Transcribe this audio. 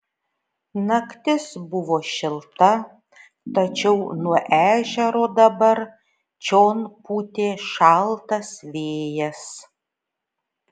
naktis buvo šilta tačiau nuo ežero dabar čion pūtė šaltas vėjas